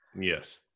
Yes